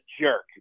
jerk